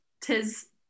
tis